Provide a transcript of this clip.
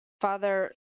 Father